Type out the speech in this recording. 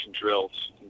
drills